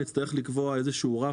נצטרך לקבוע איזשהו רף,